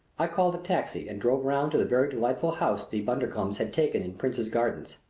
i called a taxi and drove round to the very delightful house the bundercombes had taken in prince's gardens.